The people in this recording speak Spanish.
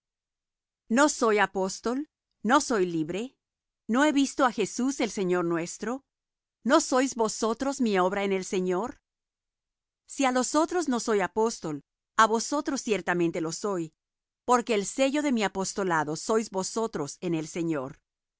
no soy apóstol no soy libre no he visto á jesús el señor nuestro no sois vosotros mi obra en el señor si á los otros no soy apóstol á vosotros ciertamente lo soy porque el sello de mi apostolado sois vosotros en el señor